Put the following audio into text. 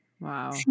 Wow